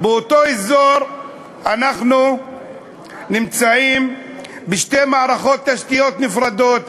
באותו אזור אנחנו נמצאים עם שתי מערכות תשתיות נפרדות,